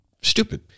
stupid